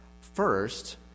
first